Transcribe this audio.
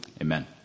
Amen